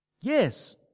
Yes